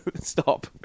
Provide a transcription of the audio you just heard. Stop